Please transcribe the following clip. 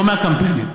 ולא מהקמפיינים.